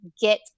get